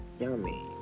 Yummy